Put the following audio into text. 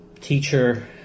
teacher